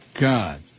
God